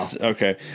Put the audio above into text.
Okay